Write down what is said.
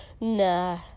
Nah